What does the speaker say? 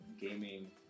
gaming